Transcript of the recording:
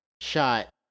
shot